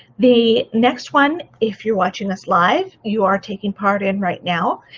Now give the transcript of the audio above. the next one, if you're watching us live, you are taking part in right now.